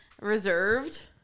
reserved